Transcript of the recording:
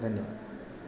धन्यवाद